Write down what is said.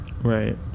Right